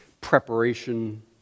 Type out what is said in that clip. preparation